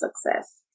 success